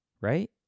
right